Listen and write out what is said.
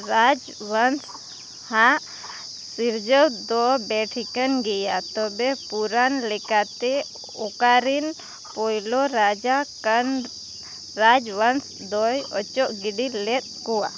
ᱨᱟᱡᱽᱵᱚᱱᱥᱼᱟᱜ ᱥᱤᱨᱡᱟᱹᱣ ᱫᱚ ᱵᱮᱴᱷᱤᱠᱟᱹᱱ ᱜᱮᱭᱟ ᱛᱚᱵᱮ ᱯᱩᱨᱟᱱ ᱞᱮᱠᱟᱛᱮ ᱚᱠᱟᱨᱮᱱ ᱯᱳᱭᱞᱳ ᱨᱟᱡᱟ ᱠᱟᱨᱱ ᱨᱟᱡᱽᱵᱱᱥᱫᱚᱭ ᱚᱪᱚᱜ ᱜᱤᱰᱤᱞᱮᱫ ᱠᱚᱣᱟ